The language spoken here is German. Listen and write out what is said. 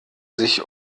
sich